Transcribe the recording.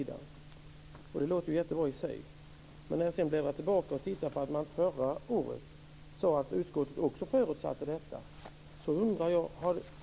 Detta låter ju jättebra, men sedan ser jag att utskottet även förra året förutsatte detta.